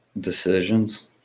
decisions